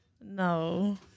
No